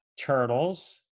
turtles